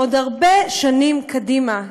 עוד הרבה שנים קדימה,